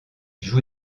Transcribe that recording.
joue